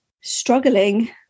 struggling